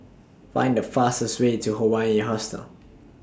Find The fastest Way to Hawaii Hostel